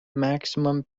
maximum